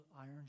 iron